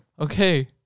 Okay